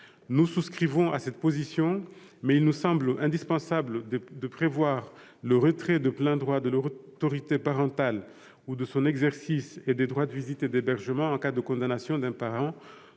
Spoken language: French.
Nous approuvons cette position, mais il nous semble indispensable de prévoir le retrait de plein droit de l'autorité parentale ou de son exercice et des droits de visite et d'hébergement en cas de condamnation d'un parent